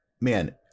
man